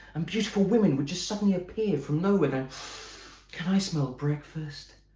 and beautiful women would just suddenly appear from nowhere going can i smell breakfast